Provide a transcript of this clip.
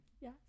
Yes